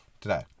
today